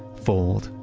fold,